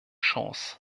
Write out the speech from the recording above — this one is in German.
chance